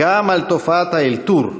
גם על תופעת האלתור,